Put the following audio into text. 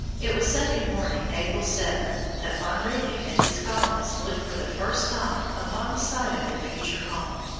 it was sunday morning, april seven, that van riebeek and his colonists looked for the first time upon the site of their future home.